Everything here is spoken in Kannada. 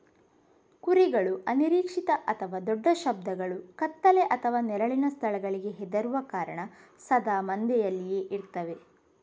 ಕುರಿಗಳು ಅನಿರೀಕ್ಷಿತ ಅಥವಾ ದೊಡ್ಡ ಶಬ್ದಗಳು, ಕತ್ತಲೆ ಅಥವಾ ನೆರಳಿನ ಸ್ಥಳಗಳಿಗೆ ಹೆದರುವ ಕಾರಣ ಸದಾ ಮಂದೆಯಲ್ಲಿಯೇ ಇರ್ತವೆ